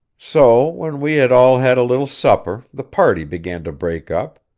so when we had all had a little supper the party began to break up,